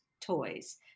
toys